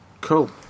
cool